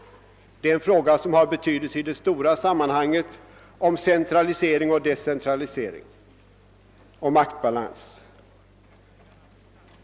Frågan om centralisering, decentralisering och maktbalans har betydelse i de stora sammanhangen.